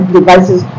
devices